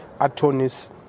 Attorneys